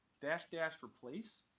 dash, dash, replace,